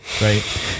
Right